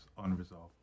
unresolved